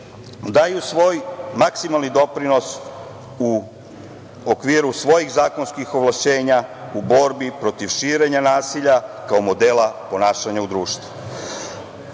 daju svoj maksimalni doprinos u okviru svojih zakonskih ovlašćenja u borbi protiv širenja nasilja, kao modela ponašanja u društvu. Druga